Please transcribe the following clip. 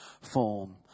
form